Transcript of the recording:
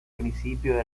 principio